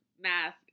math